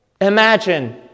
Imagine